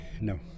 no